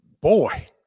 boy